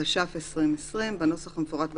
התש"ף 2020‏, בנוסח המפורט בתוספת,